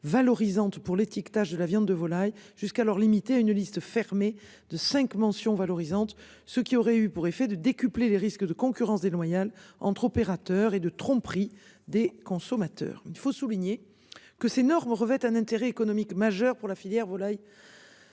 valorisantes pour l'étiquetage de la viande de volaille jusqu'alors limitée à une liste fermée de 5 mentions valorisantes. Ce qui aurait eu pour effet de décupler les risques de concurrence déloyale entre opérateurs et de tromperie des consommateurs, il faut souligner que ces normes revêtent un intérêt économique majeur pour la filière volailles.